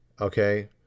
Okay